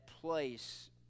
place